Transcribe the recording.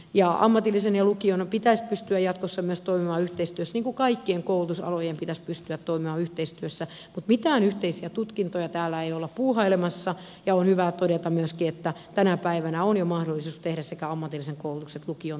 ja ammatillisen ja lukion pitäisi pystyä jatkossa myös toimimaan yhteistyössä niin kuin kaikkien koulutusalojen pitäisi pystyä toimimaan yhteistyössä mutta mitään yhteisiä tutkintoja täällä ei olla puuhailemassa ja on hyvä todeta myöskin että tänä päivänä on jo mahdollisuus tehdä sekä ammatillisen koulutuksen että lukion tutkinto